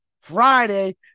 Friday